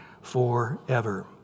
forever